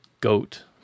goat